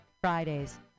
Fridays